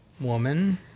woman